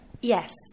Yes